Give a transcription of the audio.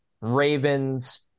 Ravens